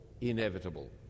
inevitable